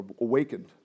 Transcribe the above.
awakened